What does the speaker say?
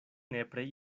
nepre